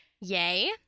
Yay